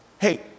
Hey